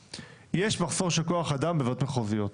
יש מחסור של כוח אדם בוועדות מחוזיות.